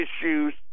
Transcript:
issues